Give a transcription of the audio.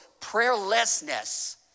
prayerlessness